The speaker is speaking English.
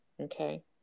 Okay